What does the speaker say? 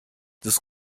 des